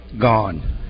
gone